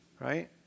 right